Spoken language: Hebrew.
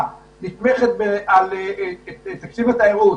לטפל בדברים בעזרת האגפים הסוציאליים שלה.